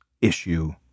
issue